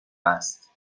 است